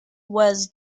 was